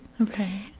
Okay